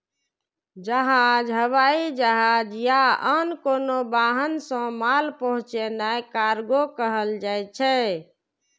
जहाज, हवाई जहाज या आन कोनो वाहन सं माल पहुंचेनाय कार्गो कहल जाइ छै